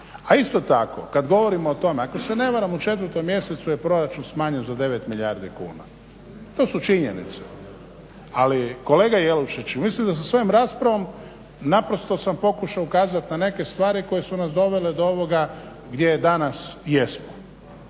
A isto tako kad govorimo o tome, ako se ne varam u četvrtom mjesecu je proračun smanjen za 9 milijardi kuna. To su činjenice. Ali kolega Jelušić, mislim da sa svojom raspravom naprosto sam pokušao ukazati na neke stvari koje su nas dovele do ovoga gdje danas jesmo,